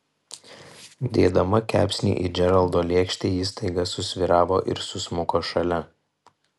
dėdama kepsnį į džeraldo lėkštę ji staiga susvyravo ir susmuko šalia